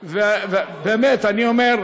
ובאמת אני אומר,